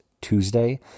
Tuesday